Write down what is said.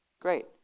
great